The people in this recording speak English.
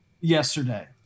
yesterday